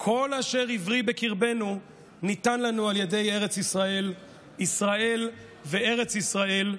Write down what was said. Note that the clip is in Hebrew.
"כל אשר עברי בקרבנו ניתן לנו על ידי ארץ ישראל"; "ישראל וארץ ישראל,